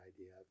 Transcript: idea